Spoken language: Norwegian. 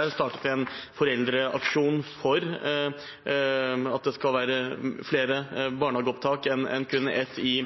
er startet en foreldreaksjon for at det skal være flere barnehageopptak enn kun ett i